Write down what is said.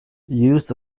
use